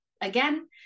Again